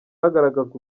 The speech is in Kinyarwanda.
hagaragazwa